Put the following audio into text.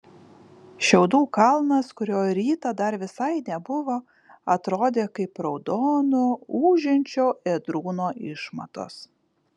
šiaudų kalnas kurio rytą dar visai nebuvo atrodė kaip raudono ūžiančio ėdrūno išmatos